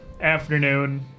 afternoon